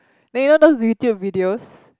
then you know those YouTube videos